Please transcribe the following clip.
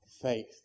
faith